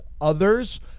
others